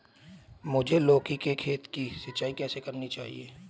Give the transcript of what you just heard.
मुझे लौकी के खेत की सिंचाई कैसे करनी चाहिए?